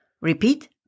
Repeat